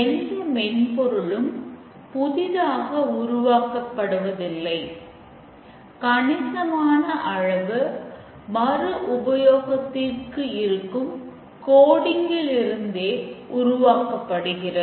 எந்த மென்பொருளும் புதிதாக உருவாக்கப்படுவதில்லை கணிசமான அளவு மறு உபயோகத்திற்கு இருக்கும் கோடிங்ல் இருந்தே உருவாக்கப்படுகிறது